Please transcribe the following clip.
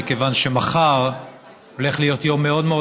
מכיוון שמחר הולך להיות יום מאוד מאוד